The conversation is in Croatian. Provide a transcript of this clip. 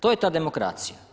To je ta demokracija.